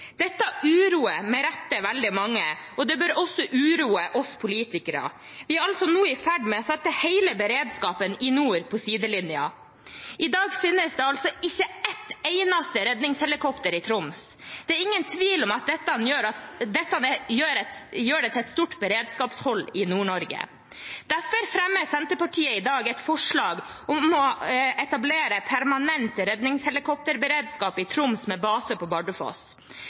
Dette uroer med rette veldig mange, og det bør også uroe oss politikere. Vi er altså nå i ferd med å sette hele beredskapen i nord på sidelinjen. I dag finnes det ikke ett eneste redningshelikopter i Troms. Det er ingen tvil om at dette lager et stort beredskapshull i Nord-Norge. Derfor fremmer Senterpartiet i dag et forslag om å etablere permanent redningshelikopterberedskap i Troms med base på Bardufoss.